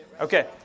Okay